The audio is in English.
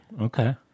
Okay